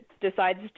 decides